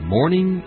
Morning